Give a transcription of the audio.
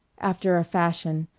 after a fashion,